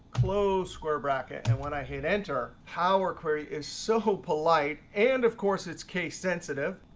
close square bracket. and when i hit enter, power query is so polite and of course it's case sensitive.